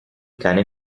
cane